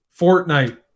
Fortnite